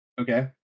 Okay